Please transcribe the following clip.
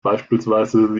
beispielsweise